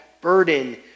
burden